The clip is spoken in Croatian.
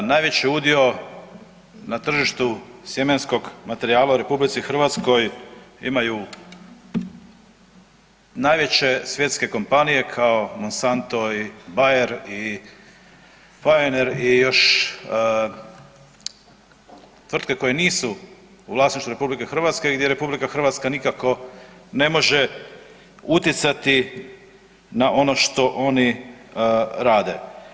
Najveći udio na tržištu sjemenskog materijala u RH imaju najveće svjetske kompanije kao MONSANTO i Bayer i Pionir i još tvrtke koje nisu u vlasništvu RH i gdje RH nikako ne može utjecati na ono što oni rade.